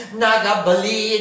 nagabali